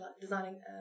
designing